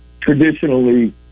traditionally